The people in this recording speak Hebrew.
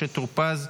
משה טור פז,